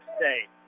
state